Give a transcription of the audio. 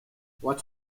what